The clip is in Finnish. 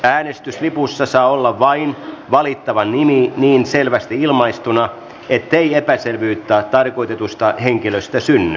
äänestyslipussa saa olla vain valittavan nimi niin selvästi ilmaistuna ettei epäselvyyttä tarkoitetusta henkilöstä synny